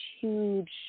huge